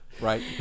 Right